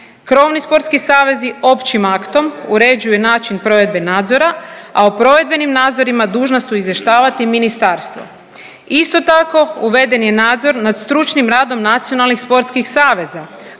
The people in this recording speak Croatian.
Krovni sportski savezi općim aktom uređuje način provedbe nadzora, a u provedbenim nadzorima dužna su izvještavati ministarstvo. Isto tako uveden je nadzor nad stručnim radom nacionalnih sportskih saveza,